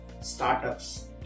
startups